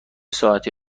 ساعتی